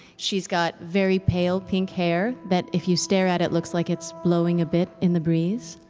she's got very pale pink hair that if you stare at it, looks like it's blowing a bit in the breeze